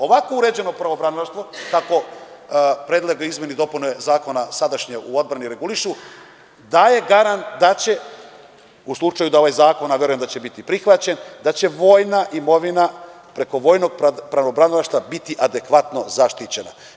Ovako uređeno pravobranilaštvo, kako Predlog izmena i dopuna zakona sadašnjeg u odbrani regulišu, daje garant u slučaju da ovaj zakon, a verujem da će biti prihvaćen, da će vojna imovina preko vojnog pravobranilaštva biti adekvatno zaštićena.